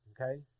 okay